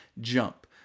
jump